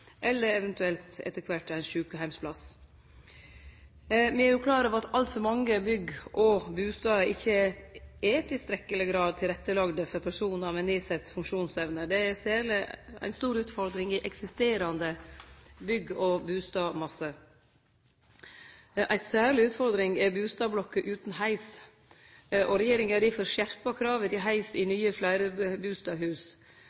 eller eventuelt etter kvart ein sjukeheimsplass. Me er klare over at altfor mange bygg og bustader ikkje i tilstrekkeleg grad er tilrettelagde for personar med nedsett funksjonsevne. Det er særleg ei stor utfordring i eksisterande bygg og bustadmasse. Ei særleg utfordring er bustadblokker utan heis. Regjeringa har difor skjerpa krava til heis i